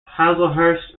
hazlehurst